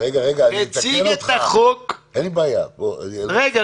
הציג את החוק --- רגע,